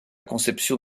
conception